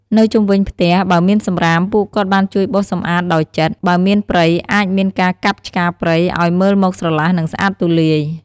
នៅជុំវិញផ្ទះបើមានសម្រាមពួកគាត់បានជួយបោសសំអាចដោយចិត្ត បើមានព្រៃអាចមានការកាប់ឆ្កាព្រៃឱ្យមើលមកស្រឡះនិងស្អាតទូលាយ។